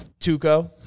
Tuco